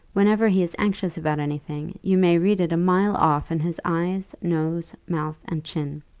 whenever he is anxious about any thing, you may read it a mile off in his eyes, nose, mouth, and chin.